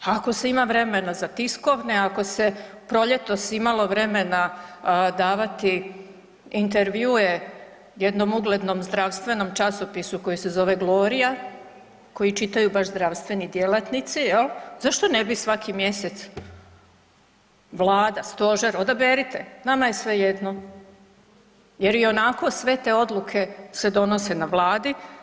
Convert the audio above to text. Ako se ima vremena za tiskovne, ako se proljetos imalo vremena davati intervjue jednom uglednom zdravstvenom časopisu koji se zove „Glorija“ koji čitaju baš zdravstveni djelatnici jel' zašto ne bi svaki mjesec Vlada, Stožer odaberite nama je svejedno, jer ionako sve te odluke se donose na Vladi.